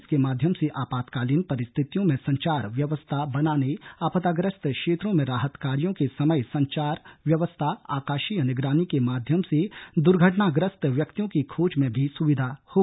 इसके माध्यम से आपातकालीन परिस्थितियों में संचार व्यवस्था बनाने आपदाग्रस्त क्षेत्रों में राहत कार्यो के समय संचार व्यवस्था आकाशीय निगरानी के माध्यम से दुर्घटनाग्रस्त व्यक्तियों की खोज में भी सुविधा होगी